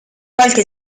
qualche